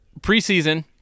preseason